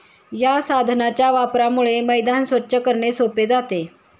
या साधनाच्या वापरामुळे मैदान स्वच्छ करणे सोपे जाते